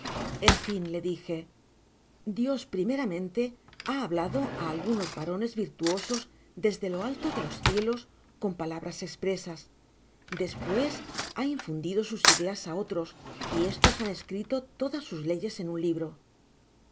en fin le dije dios primeramente ha hablado á algunos varones virtuosos desde lo alto de los cielos con palabras espresas despues ha infundidosus ideas á otros y estos han escrito todas sus leyes en un libro